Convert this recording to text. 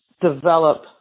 develop